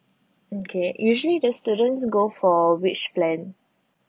okay usually the students go for which plan